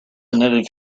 knitted